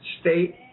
state